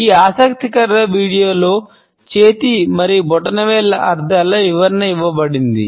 ఈ ఆసక్తికరమైన వీడియోలో చేతి మరియు బ్రొటనవేళ్ల అర్థాల వివరణ ఇవ్వబడింది